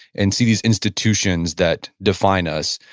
and see these institutions that define us,